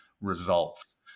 results